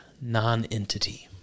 non-entity